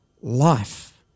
life